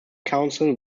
council